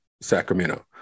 Sacramento